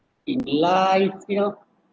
in life you know